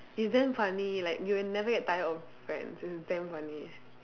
it's damn funny like you will never get tired of friends it's damn funny